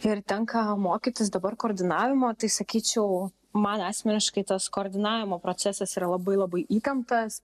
ir tenka mokytis dabar koordinavimo tai sakyčiau man asmeniškai tas koordinavimo procesas yra labai labai įtemptas